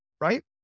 right